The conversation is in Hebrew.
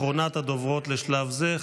אחרונת הדוברות לשלב זה,